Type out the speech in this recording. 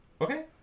Okay